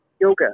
yoga